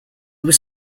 was